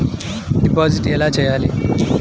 Deposit ఎలా చెయ్యాలి?